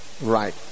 right